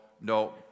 no